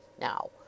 Now